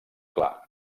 clar